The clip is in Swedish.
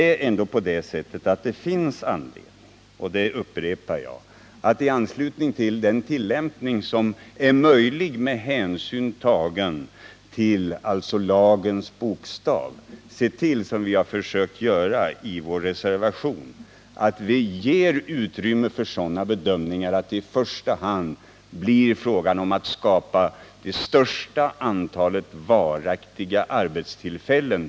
Jag vill upprepa att det finns anledning att i anslutning till den tillämpning som är möjlig med hänsyn tagen till lagens bokstav — som vi har försökt göra i vår reservation — ge utrymme för sådana bedömningar som innebär att det i första hand skapas det största antalet varaktiga arbetstillfällen.